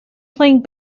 playing